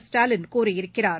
ஸ்டாலின் கூறியிருக்கிறார்